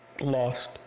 lost